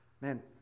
man